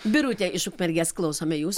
birutė iš ukmergės klausome jūs